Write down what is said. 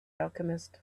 alchemist